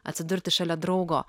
atsidurti šalia draugo